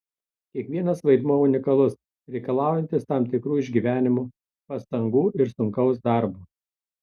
kiekvienas vaidmuo unikalus reikalaujantis tam tikrų išgyvenimų pastangų ir sunkaus darbo